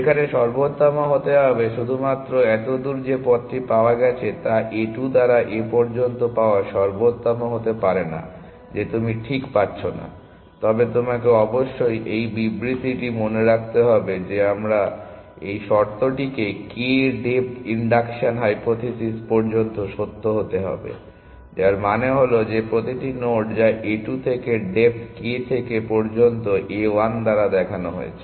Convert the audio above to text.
যেখানে সর্বোত্তম হতে হবে শুধুমাত্র এতদূর যে পথটি পাওয়া গেছে তা A 2 দ্বারা এ পর্যন্ত পাওয়া সর্বোত্তম হতে পারে না যে তুমিঠিক পাচ্ছ না তবে তোমাকে অবশ্যই এই বিবৃতিটি মনে রাখতে হবে যে আমরা এই শর্তটিকে k ডেপ্থ ইন্ডাকশন হাইপোথিসিস পর্যন্ত সত্য হতে হবে যার মানে হল যে প্রতিটি নোড যা A 2 থেকে ডেপ্থ k থেকে পর্যন্ত a 1 দ্বারা দেখানো হয়েছে